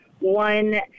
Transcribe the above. one